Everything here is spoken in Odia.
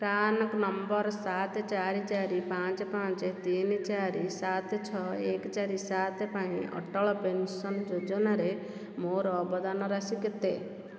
ପ୍ରାନ୍ ନମ୍ବର ସାତ ଚାରି ଚାରି ପାଞ୍ଚ ପାଞ୍ଚ ତିନି ଚାରି ସାତ ଛଅ ଏକ ଚାରି ସାତ ପାଇଁ ଅଟଳ ପେନ୍ସନ୍ ଯୋଜନାରେ ମୋର ଅବଦାନ ରାଶି କେତେ